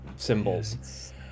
symbols